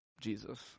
Jesus